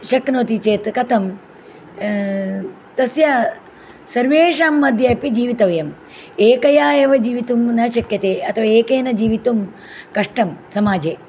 शक्नोति चेत् कथं तस्य सर्वेषां मध्ये अपि जीवितव्यं एकया एव जीवितं न शक्यते अथवा एकेन जीवितुं कष्टं समाजे